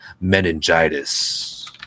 meningitis